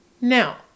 Now